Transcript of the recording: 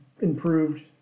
improved